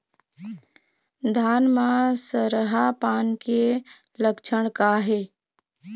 धान म सरहा पान के लक्षण का हे?